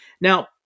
Now